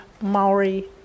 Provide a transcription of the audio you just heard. Maori